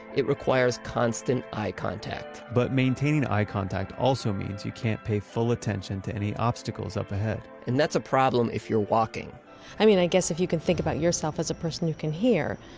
it requires constant eye contact but maintaining eye contact also means you can't pay full attention to any obstacles up ahead and that's a problem if you're walking i mean i guess if you can think about yourself as a person who can hear,